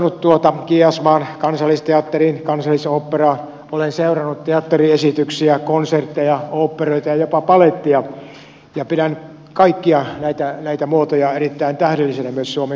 olen tutustunut kiasmaan kansallisteatteriin kansallisoopperaan olen seurannut teatteriesityksiä konsertteja oopperoita ja jopa balettia ja pidän kaikkia näitä muotoja erittäin tähdellisinä myös suomen kansalle